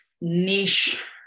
niche